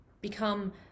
become